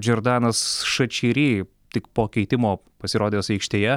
džiordanas šačiri tik po keitimo pasirodęs aikštėje